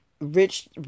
rich